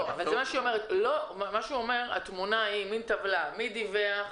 הוא אומר שהתמונה היא מין טבלה: מי דיווח,